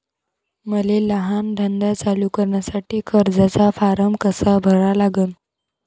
मले लहान धंदा चालू करासाठी कर्जाचा फारम कसा भरा लागन?